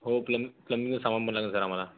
हो प्लम प्लम्बिंगचं सामान पण लागेल सर आम्हाला